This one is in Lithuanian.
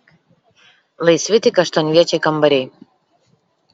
laisvi tik aštuonviečiai kambariai